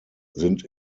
sind